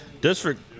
District